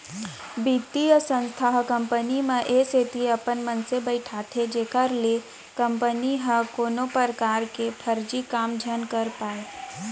बित्तीय संस्था ह कंपनी म ए सेती अपन मनसे बइठाथे जेखर ले कंपनी ह कोनो परकार के फरजी काम झन कर पाय